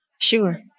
sure